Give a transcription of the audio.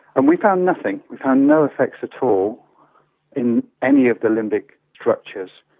and we found nothing, we found no effects at all in any of the limbic structures.